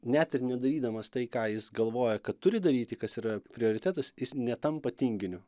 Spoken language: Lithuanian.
net ir nedarydamas tai ką jis galvoja kad turi daryti kas yra prioritetas jis netampa tinginiu